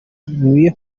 nkwiye